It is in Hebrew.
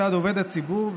מצד עובד הציבור,